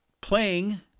playing